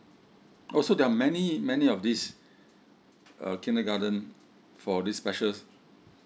oh so there are many many of this uh kindergarten for these specials